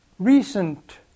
Recent